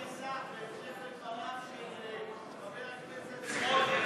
בהמשך לדבריו של חבר הכנסת סמוטריץ,